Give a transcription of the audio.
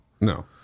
No